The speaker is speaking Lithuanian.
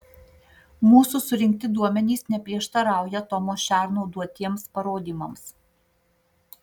mūsų surinkti duomenys neprieštarauja tomo šerno duotiems parodymams